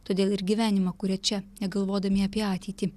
todėl ir gyvenimą kuria čia negalvodami apie ateitį